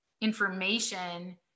information